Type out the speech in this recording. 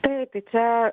taip į čia